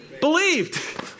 believed